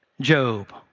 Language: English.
Job